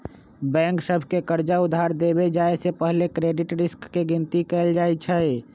bank सभ के कर्जा उधार देबे जाय से पहिले क्रेडिट रिस्क के गिनति कएल जाइ छइ